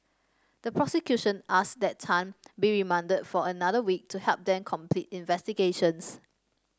the prosecution asked that Tan be remanded for another week to help them complete investigations